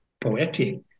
poetic